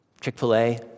Chick-fil-A